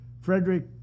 Frederick